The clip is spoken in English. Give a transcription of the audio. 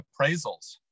appraisals